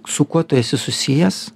su kuo tu esi susijęs